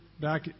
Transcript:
back